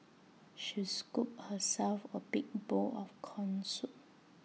she scooped herself A big bowl of Corn Soup